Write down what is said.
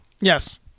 Yes